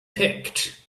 picked